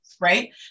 right